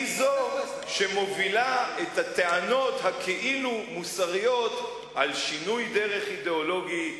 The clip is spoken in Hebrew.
היא זו שמובילה את הטענות הכאילו-מוסריות על שינוי דרך אידיאולוגי,